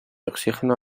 oxígeno